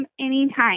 anytime